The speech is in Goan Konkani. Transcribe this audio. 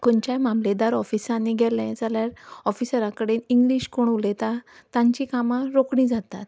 खंयच्याय मामलेदार ऑफिसांनी गेलें जाल्यार ऑफिसरा कडेन इंग्लीश कोण उलयता तांची कामां रोकडी जातात